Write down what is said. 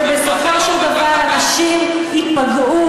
ובסופו של דבר אנשים ייפגעו,